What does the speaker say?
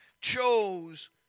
chose